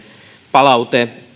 palaute siitä on